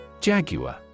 Jaguar